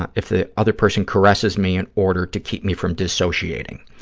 and if the other person caresses me in order to keep me from dissociating.